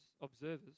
observers